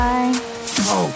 Bye